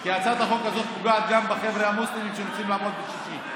כי הצעת החוק הזאת פוגעת גם בחבר'ה המוסלמים שרוצים לעבוד בשישי.